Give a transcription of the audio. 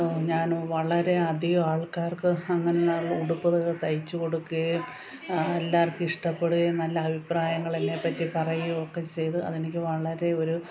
ഞാനും വളരെയധികം ആൾക്കാർക്ക് അങ്ങനെയുള്ള ഉടുപ്പുകൾ തയ്ച്ചു കൊടുക്കുകയും എല്ലാവർക്കും ഇഷ്ടപ്പെടുകയും നല്ല അഭിപ്രായങ്ങളെന്നെപ്പറ്റി പറയുകയൊക്കെ ചെയ്ത് അതെനിക്ക് വളരെ ഒരു